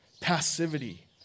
passivity